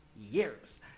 years